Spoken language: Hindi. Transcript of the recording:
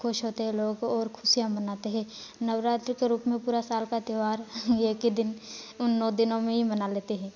खुश होते हैं लोग और खुशियाँ मनाते हैं नवरात्रि के रूप में पूरा साल का त्योहार एक ही दिन उन नौ दिनों में ही मना लेते हैं